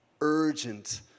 urgent